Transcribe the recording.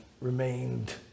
remained